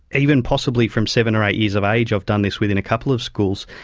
even possibly from seven or eight years of age, i've done this within a couple of schools,